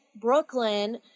Brooklyn